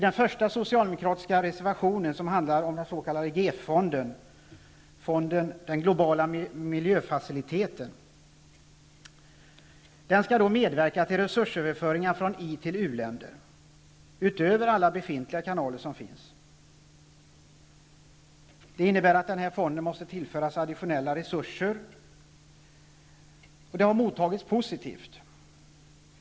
Den första socialdemokratiska reservationen till betänkandet handlar om den s.k. GEF-fonden, den globala miljöfaciliteten. Denna fond skall medverka till resursöverföringar från i-länder till uländer utöver alla befintliga kanaler. Det innebär att fonden måste tillföras additionella resurser. Fonden har mottagits positivt.